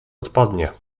odpadnie